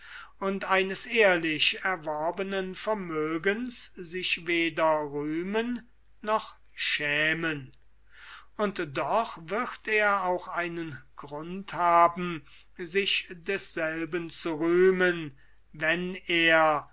und eines ehrlich erworbenen vermögens sich weder rühmen noch schämen und doch wird er auch einen grund haben sich desselben zu rühmen wenn er